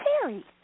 Terry